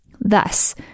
Thus